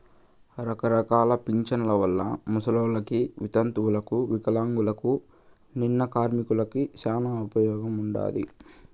రకరకాల పింఛన్ల వల్ల ముసలోళ్ళకి, వితంతువులకు వికలాంగులకు, నిన్న కార్మికులకి శానా ఉపయోగముండాది